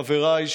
חבריי,